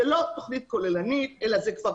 זאת לא תוכנית כוללנית אלא זאת כבר